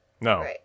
No